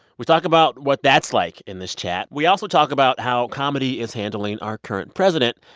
we talk about what that's like in this chat. we also talk about how comedy is handling our current president.